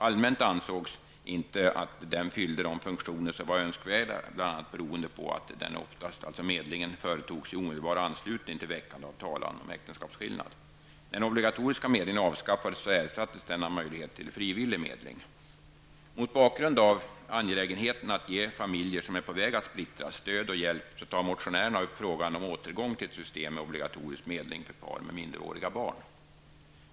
Allmänt ansågs att den inte fyllde de funktioner som var önskvärda. Bl.a. beroende på att den oftast företogs i omedelbar anslutning till väckande av talan om äktenskapsskillnad. När den obligatoriska medlingen avskaffades ersattes den av möjlighet till frivillig medling. Mot bakgrund av angelägenheten av att ge familjer som är på väg att splittras stöd och hjälp tar motionärerna upp frågan om återgång till ett system med obligatorisk medling för par med minderåriga barn.